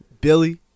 Billy